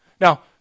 Now